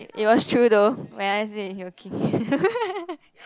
it was true though when I ask him he will kick